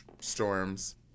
Storms